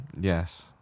Yes